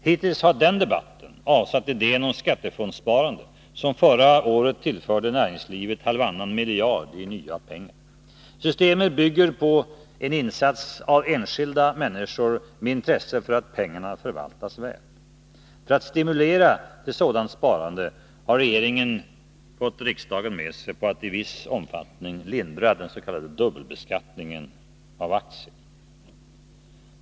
Hittills har den debatten avsatt idén om ett skattefondssparande, som förra året tillförde näringslivet halvannan miljard i nya pengar. Systemet bygger på en insats av enskilda människor med intresse för att pengarna förvaltas väl. För att stimulera till sådant sparande har regeringen fått riksdagen med sig på att i viss omfattning lindra den s.k. dubbelbeskattningen av aktier.